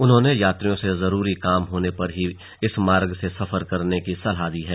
उन्होंने यात्रियों से जरूरी काम होने पर ही इस मार्ग से सफर करने की सलाह दी है